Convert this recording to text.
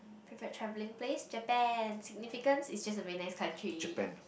preferred traveling place Japan significance it's just a very nice country